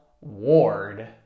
Ward